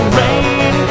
rain